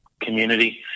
community